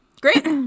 Great